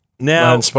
Now